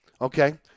okay